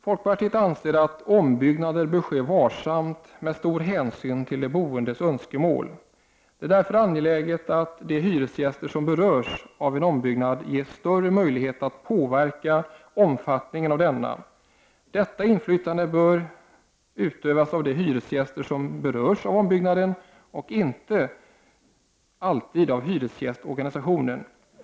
Folkpartiet anser att ombyggnader bör ske varsamt med stor hänsyn till de boendes önskemål. Det är därför angeläget att de hyresgäster som berörs av en ombyggnad ges större möjligheter att påverka omfattningen av denna. Detta inflytande bör utövas av de hyresgäster som berörs av ombyggnaden och inte alltid av hyresgästorganisationen.